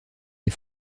des